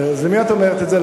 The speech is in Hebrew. אז למי את אומרת את זה,